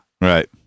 right